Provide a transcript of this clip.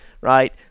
right